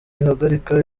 ihagarika